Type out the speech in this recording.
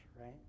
right